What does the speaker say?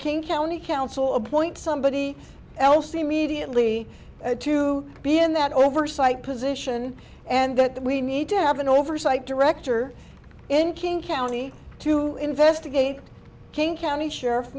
king county council appoint somebody else the mediately to be in that oversight position and that we need to have an oversight director in king county to investigate king county sheriff